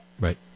Right